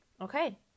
Okay